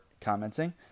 commenting